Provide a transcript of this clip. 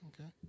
okay